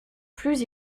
plus